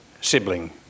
sibling